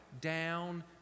down